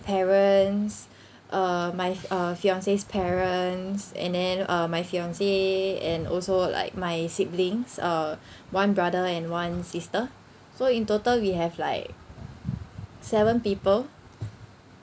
parents uh my uh fiance's parents and then my fiance and also like my siblings uh one brother and one sister so in total we have like seven people